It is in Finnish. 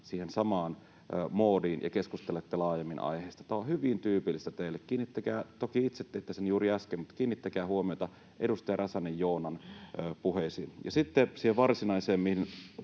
siihen samaan moodiin ja keskustelette laajemmin aiheesta. Tämä on hyvin tyypillistä teille. Toki itse teitte sen juuri äsken,